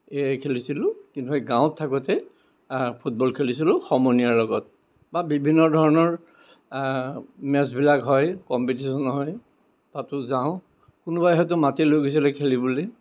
এইয়াই খেলিছিলোঁ কিন্তু এই গাঁৱত থাকোতে ফুটবল খেলিছিলোঁ সমনীয়াৰ লগত বা বিভিন্ন ধৰণৰ মেচবিলাক হয় কম্পিটিচন হয় তাতো যাওঁ কোনোবাই হয়তো মাতি লৈ গৈছিলে খেলিবলৈ